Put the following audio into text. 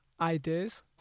ideas